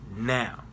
now